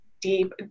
deep